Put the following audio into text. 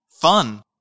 Fun